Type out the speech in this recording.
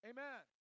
Amen